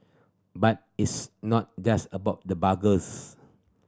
but it's not just about the burgers